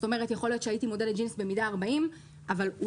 יכול להיות שהייתי מודדת ג'ינס במידה 40 אבל הוא